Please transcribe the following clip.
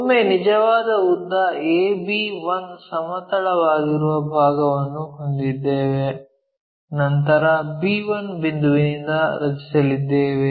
ಒಮ್ಮೆ ನಿಜವಾದ ಉದ್ದದ a b1 ಸಮತಲವಾಗಿರುವ ಭಾಗವನ್ನು ಹೊಂದಿದ್ದೇವೆ ನಂತರ b1 ಬಿಂದುವಿನಿಂದ ರಚಿಸಲಿದ್ದೇವೆ